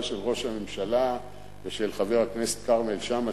של ראש הממשלה ושל חבר הכנסת כרמל שאמה,